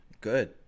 Good